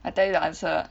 I tell you the answer